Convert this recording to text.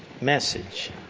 message